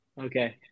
Okay